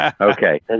Okay